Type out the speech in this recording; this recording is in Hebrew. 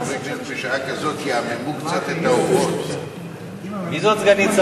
עברה בקריאה ראשונה ותועבר להכנתה לקריאה שנייה